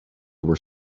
were